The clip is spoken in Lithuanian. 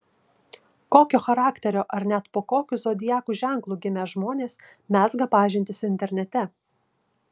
kokio charakterio ar net po kokiu zodiako ženklu gimę žmonės mezga pažintis internete